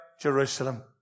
Jerusalem